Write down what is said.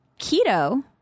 Keto